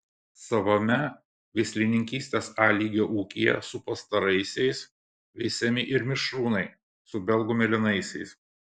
savame veislininkystės a lygio ūkyje su pastaraisiais veisiami ir mišrūnai su belgų mėlynaisiais